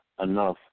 enough